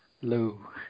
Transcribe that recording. Hello